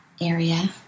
area